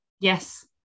yes